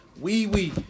Wee-wee